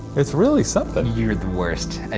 it's really something. you're the worst.